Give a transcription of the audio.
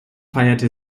feierte